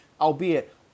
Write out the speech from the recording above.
albeit